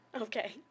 Okay